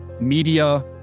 media